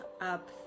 up